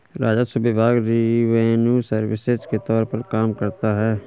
राजस्व विभाग revenue services के तौर पर काम करता है